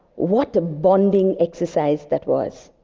what a bonding exercise that was.